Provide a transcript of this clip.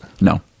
no